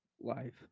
life